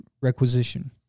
requisition